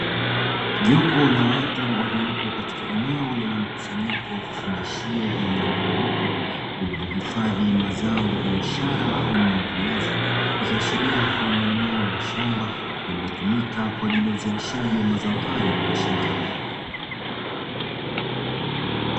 Jopo la watu waliopo katika eneo lenye mkusanyiko wa vifungashio vyenye rangi nyeupe, vilivyohifadhi mazao ya biashara aina ya viazi, ikiashiria kuwa ni eneo la shamba lililotumika kwa ajili ya uzalishaji wa mazao hayo ya biashara.